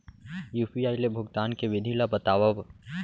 UPI ले भुगतान के विधि ला बतावव